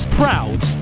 proud